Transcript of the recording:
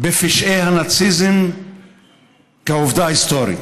בפשעי הנאציזם כעובדה היסטורית.